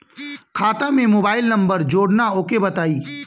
खाता में mobile number जोड़ना ओके बताई?